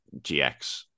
GX